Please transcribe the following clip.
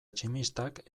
tximistak